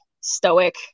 stoic